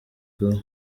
vuba